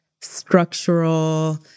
structural